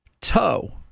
toe